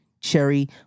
cherry